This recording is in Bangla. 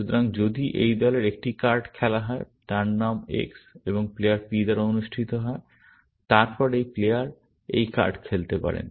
সুতরাং যদি এই দলের একটি কার্ড খেলা হয় যার নাম X এবং প্লেয়ার P দ্বারা অনুষ্ঠিত হয় তারপর এই প্লেয়ার এই কার্ড খেলতে পারেন